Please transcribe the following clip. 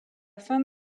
fin